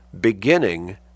beginning